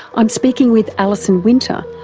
i'm speaking with alison winter,